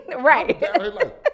Right